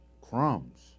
crumbs